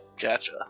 Gotcha